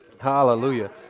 Hallelujah